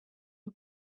who